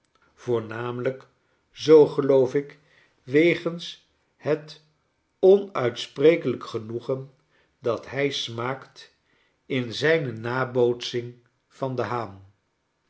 voornamelijk zoo geloof ik wegens het onuitsprekelijk genoegen dat hij smaakt in zijne nabootsing van den haan